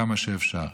כמה שאפשר.